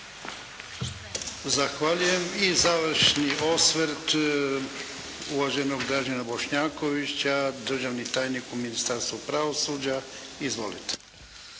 Zahvaljujem. I završni osvrt uvaženog Dražena Bošnjakovića, državni tajnik u Ministarstvu pravosuđa. Izvolite.